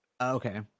Okay